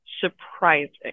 surprising